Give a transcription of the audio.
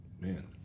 Man